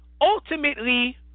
Ultimately